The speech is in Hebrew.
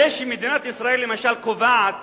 הרי שמדינת ישראל למשל קובעת